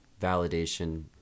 validation